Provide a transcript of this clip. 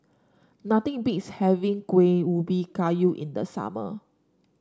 nothing beats having Kueh Ubi Kayu in the summer